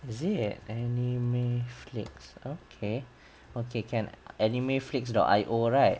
is it anime flix okay okay can anime flix dot I_O right